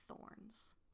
thorns